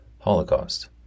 Holocaust